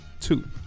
two